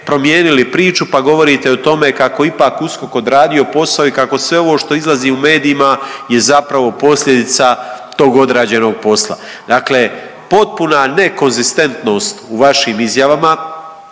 promijenili priču pa govorite o tome kako je ipak USKOK odradio posao i kako sve ovo što izlazi u medijima je zapravo posljedica tog odrađenog posla. Dakle, potpuna nekonzistentnost u vašim izjavama,